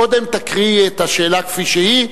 קודם תקראי את השאלה כפי שהיא.